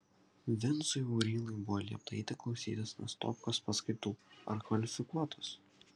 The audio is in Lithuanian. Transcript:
vincui aurylai buvo liepta eiti klausytis nastopkos paskaitų ar kvalifikuotos